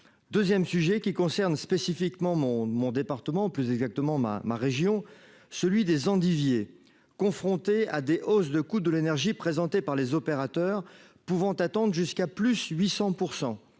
2ème sujet qui concerne spécifiquement mon mon département plus exactement ma ma région, celui des endiviers, confrontés à des hausses de coûts de l'énergie, présenté par les opérateurs pouvant attendent jusqu'à plus 800